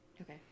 okay